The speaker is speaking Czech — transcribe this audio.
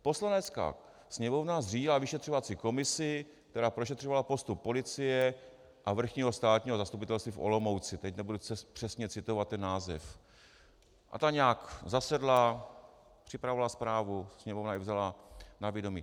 Poslanecká sněmovna zřídila vyšetřovací komisi, která prošetřovala postup policie a Vrchního státního zastupitelství v Olomouci, teď nebudu přesně citovat ten název, a ta nějak zasedla, připravovala zprávu, Sněmovna ji vzala na vědomí.